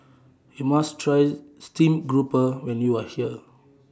YOU must Try Steamed Grouper when YOU Are here